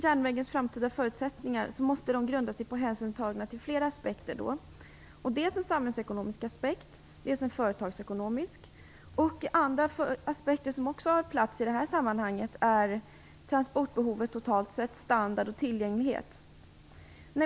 Järnvägens framtida förutsättningar måste grunda sig på hänsyn tagen till flera aspekter, dels en samhällsekonomisk aspekt, dels en företagsekonomisk aspekt. Andra aspekter som också är aktuella i det här sammanhanget är transportbehovet totalt sett, standard och tillgänglighet.